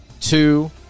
two